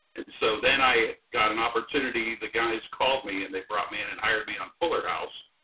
and so then i got an opportunity, the guys called me and they brought me in and hired me on fuller house.